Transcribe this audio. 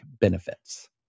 benefits